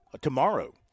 tomorrow